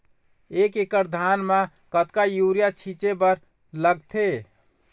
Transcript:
एक एकड़ धान म कतका यूरिया छींचे बर लगथे?